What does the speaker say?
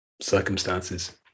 circumstances